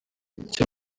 icyo